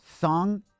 Song